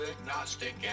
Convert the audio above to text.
agnostic